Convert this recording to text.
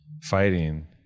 fighting